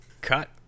Cut